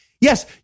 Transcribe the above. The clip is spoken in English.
Yes